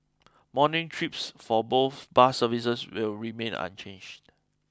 morning trips for both bus services will remain unchanged